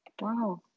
Wow